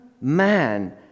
man